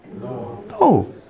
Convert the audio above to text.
No